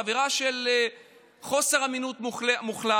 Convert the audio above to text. אווירה של חוסר אמינות מוחלט,